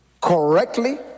correctly